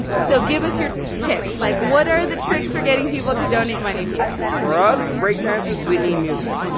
so give us your tips. like, what are the tricks for getting people to donate money to you? for us breakdancers, we need music.